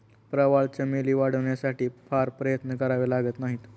प्रवाळ चमेली वाढवण्यासाठी फार प्रयत्न करावे लागत नाहीत